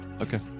Okay